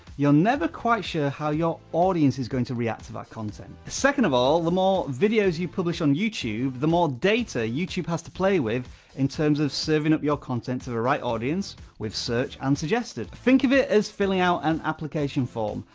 you're never quite sure how your audience is going to react to that content. second of all, the more videos you publish on youtube, the more data youtube has to play with, in terms of serving up your content to the right audience, with search and suggested. think of it as filling out an application form.